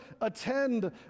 attend